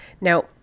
Now